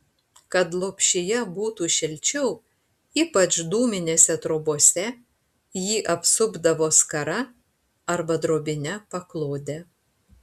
kad lopšyje būtų šilčiau ypač dūminėse trobose jį apsupdavo skara arba drobine paklode